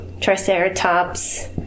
triceratops